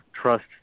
trust